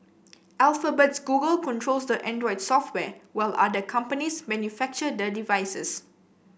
Alphabet's Google controls the Android software while other companies manufacture the devices